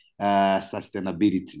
sustainability